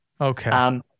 Okay